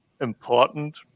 important